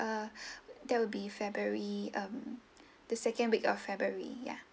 ah that will be february um the second week of february ya